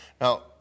Now